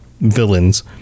villains